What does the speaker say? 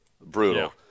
Brutal